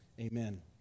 amen